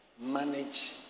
manage